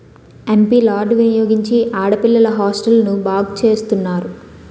MP లార్డ్ వినియోగించి ఆడపిల్లల హాస్టల్ను బాగు చేస్తున్నారు